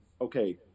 okay